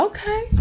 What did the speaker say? Okay